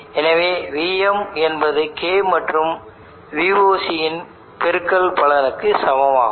எனவே vm என்பது K மற்றும் Voc இன் பெருக்கல் பலனுக்கு சமமாகும்